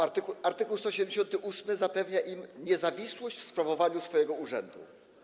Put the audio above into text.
Art. 178 zapewnia im niezawisłość w sprawowaniu swojego urzędu.